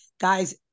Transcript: guys